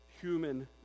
human